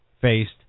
faced